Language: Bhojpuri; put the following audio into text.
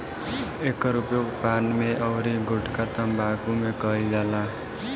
एकर उपयोग पान में अउरी गुठका तम्बाकू में कईल जाला